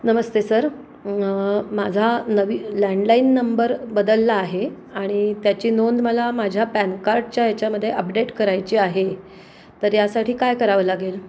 नमस्ते sir माझा नवी landline number बदलला आहे आणि त्याची नोंद मला माझ्या पॅन कार्डच्या याच्यामदे अपडेट करायची आहे तर यासाठी काय करावं लागेल